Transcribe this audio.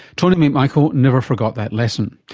tony mcmichael never forgot that lesson.